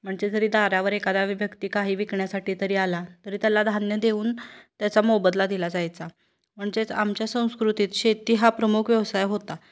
म्हणजे जरी दारावर एखादा व व्यक्ती काही विकण्यासाठी तरी आला तरी त्याला धान्य देऊन त्याचा मोबदला दिला जायचा म्हणजेच आमच्या संस्कृतीत शेती हा प्रमुख व्यवसाय होता